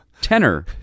tenor